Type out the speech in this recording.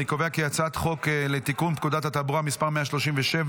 אני קובע כי הצעת חוק לתיקון פקודת התעבורה (מס' 137),